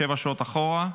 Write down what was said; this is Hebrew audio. שבע שעות אחורה,